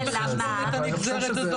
אלא מה, בטעות?